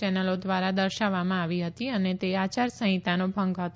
ચેનલો દ્વારા દર્શાવવામાં આવી હતી અને તે આચારસંહિતાનો ભંગ હતો